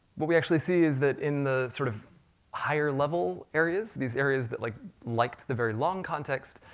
what we actually see is that in the sort of higher level areas, these areas that like liked the very long context,